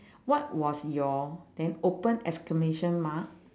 what was your then open exclamation mark